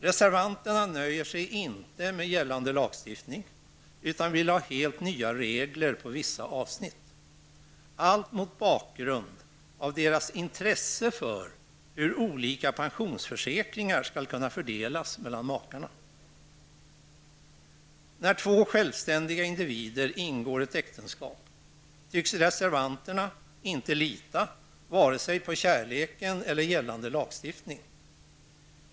Reservanterna nöjer sig inte med gällande lagstiftning utan vill ha helt nya regler på vissa avsnitt -- allt mot bakgrund av deras intresse för hur olika pensionsförsäkringar skall kunna fördelas mellan makarna. Reservanterna tycks inte lita på vare sig kärleken eller gällande lagstiftning när två självständiga individer ingår äktenskap.